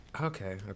Okay